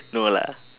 no lah